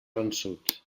vençut